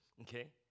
okay